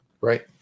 right